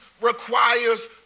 requires